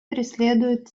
преследуют